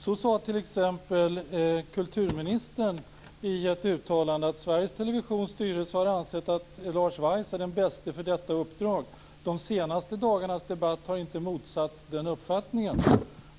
Så sade t.ex. kulturministern i ett uttalande att Sveriges Televisions styrelse har ansett att Lars Weiss är den bäste för detta uppdrag. De senaste dagarnas debatt har inte satt sig emot den uppfattningen.